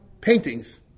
paintings